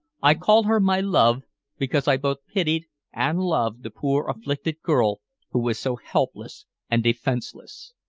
i call her my love because i both pitied and loved the poor afflicted girl who was so helpless and defenseless.